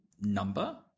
number